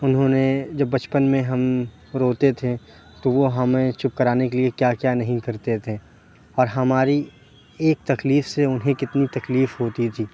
اُنہوں نے جب بچپن میں ہم روتے تھے تو وہ ہمیں چپ کرانے کے لیے کیا کیا نہیں کرتے تھے اور ہماری ایک تکلیف سے اُنہیں کتنی تکلیف ہوتی تھی